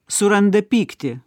suranda pyktį